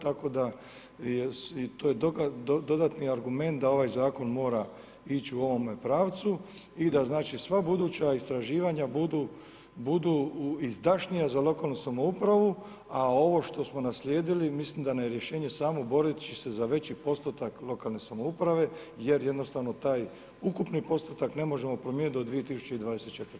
Tako da, to je dodatni argument, da ovaj zakon mora ići u ovom pravcu i da znači, sva moguća istraživanja budu izdašnija za lokalnu samoupravu, a ovo što smo naslijedili, mislim da na rješenje samo boreći se za veći postotak lokalne samouprave, jer jednostavno taj ukupni postotak ne možemo promijeniti do 2024.